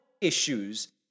issues